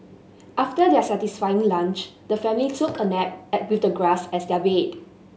after their satisfying lunch the family took a nap and with the grass as their bed